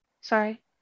sorry